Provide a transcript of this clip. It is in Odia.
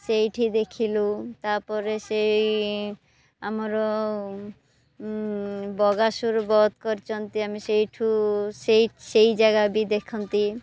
ସେଇଠି ଦେଖିଲୁ ତା'ପରେ ସେଇ ଆମର ବକାସୁର ବଧ କରିଛନ୍ତି ଆମେ ସେଇଠୁ ସେଇ ଜାଗା ବି ଦେଖନ୍ତି